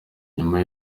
nyuma